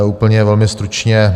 Úplně velmi stručně.